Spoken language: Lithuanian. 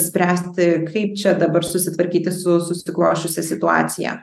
spręsti kaip čia dabar susitvarkyti su susiklosčiusia situacija